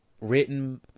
written